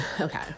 Okay